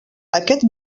aquest